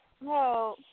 No